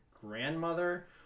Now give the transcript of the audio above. grandmother